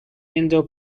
indo